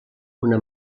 una